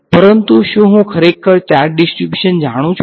પરંતુ શું હું ખરેખર ચાર્જ ડીસ્ટ્રીબ્યુશન જાણું છું